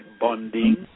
bonding